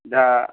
दा